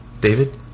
david